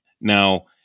Now